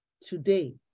today